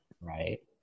right